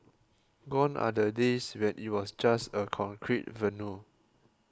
gone are the days when it was just a concrete venue